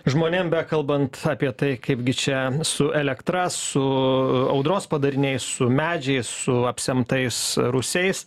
žmonėm bekalbant apie tai kaipgi čia su elektra su audros padariniais su medžiais su apsemtais rūsiais